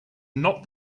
not